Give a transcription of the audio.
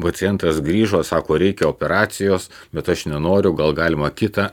pacientas grįžo sako reikia operacijos bet aš nenoriu gal galima kitą